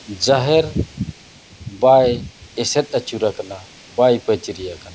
ᱡᱟᱦᱮᱨ ᱵᱟᱭ ᱮᱥᱮᱫ ᱟᱹᱪᱩᱨ ᱟᱠᱟᱱᱟ ᱵᱟᱭ ᱯᱟᱹᱪᱨᱤ ᱟᱠᱟᱱᱟ